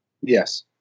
Yes